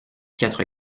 quatre